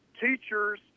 teachers